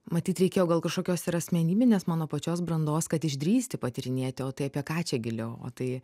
matyt reikėjo gal kažkokios ir asmenybinės mano pačios brandos kad išdrįsti patyrinėti o tai apie ką čia giliau o tai